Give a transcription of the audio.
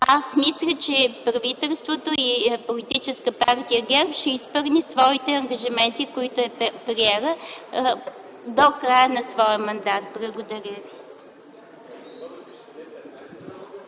Мисля, че правителството и политическа партия ГЕРБ ще изпълнят своите ангажименти, които са поели, до края на своя мандат. Благодаря Ви.